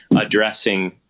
addressing